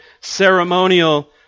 ceremonial